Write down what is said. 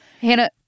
Hannah